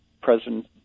President